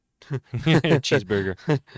cheeseburger